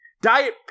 Diet